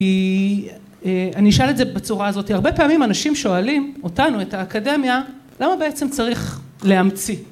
כי אני אשאל את זה בצורה הזאתי, הרבה פעמים אנשים שואלים אותנו, את האקדמיה, למה בעצם צריך להמציא?